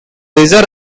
leisure